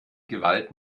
gewalt